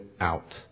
out